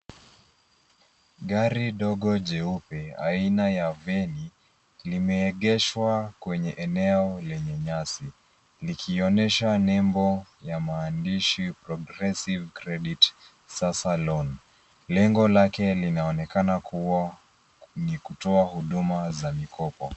Gari dogo jeupe aina ya veni limeegeshwa kwenye eneo lenye nyasi likionyesha nembo ya maandishi progressive credit sasa loan . Lengo lake linaonekana kuwa ni kutoa huduma za mikopo.